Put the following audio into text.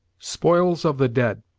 spoils of the dead